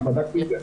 אני בדקתי את זה.